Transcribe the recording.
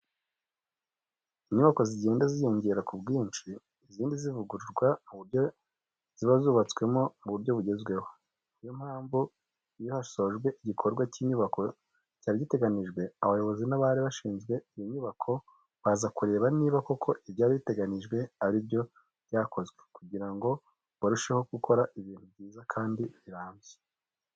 Inyubako zigenda ziyongera ku bwinshi izindi zivugururwa mu buryo ziba zubatswe mu buryo bugezweho, ni na yo mpamvu iyo hasojwe igikorwa cy'inyubako cyari giteganijwe abayobozi n'abari bashinzwe iyo nyubako baza kureba niba koko ibyari biteganyijwe ari byo byakozwe kugira ngo barusheho gukora ibintu byiza kandi birambye.